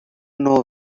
know